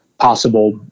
possible